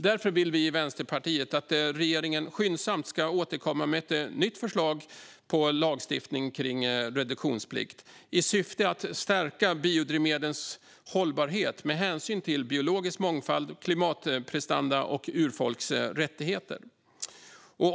Därför vill vi i Vänsterpartiet att regeringen skyndsamt ska återkomma med ett nytt förslag på lagstiftning kring reduktionsplikt i syfte att stärka biodrivmedlens hållbarhet med hänsyn till biologisk mångfald, klimatprestanda och urfolks rättigheter.